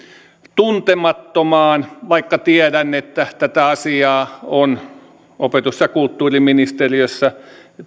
tuntemattomaan vaikka tiedän että tätä asiaa on opetus ja kulttuuriministeriössä